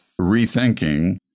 rethinking